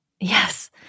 Yes